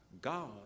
God